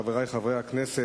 חברי חברי הכנסת,